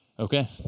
Okay